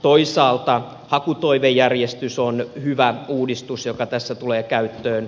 toisaalta hakutoivejärjestys on hyvä uudistus joka tässä tulee käyttöön